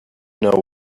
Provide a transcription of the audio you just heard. know